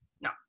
No